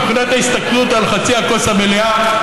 מבחינת ההסתכלות על חצי הכוס המלאה,